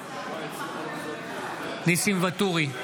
בעד ניסים ואטורי,